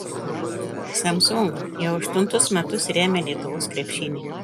samsung jau aštuntus metus remia lietuvos krepšinį